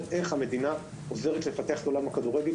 איך המדינה עוזרת לפתח את עולם הכדורגל,